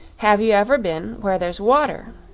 have you ever been where there's water?